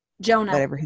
Jonah